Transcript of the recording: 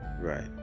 Right